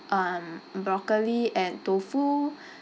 um broccoli and tofu